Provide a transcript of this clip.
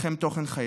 הינכם תוכן חיי".